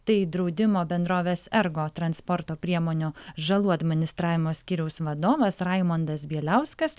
tai draudimo bendrovės ergo transporto priemonių žalų administravimo skyriaus vadovas raimondas bieliauskas